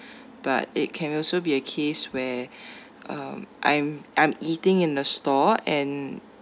but it can also be a case where um I'm I'm eating in the store and